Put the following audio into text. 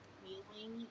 feeling